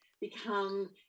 become